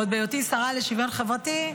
עוד בהיותי השרה לשוויון חברתי,